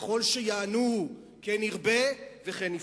ככל שיענוהו כן ירבה וכן יפרוץ.